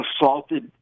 assaulted